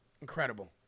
Incredible